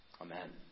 Amen